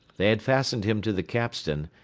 they had fastened him to the capstan,